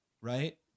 right